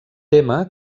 tema